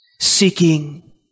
seeking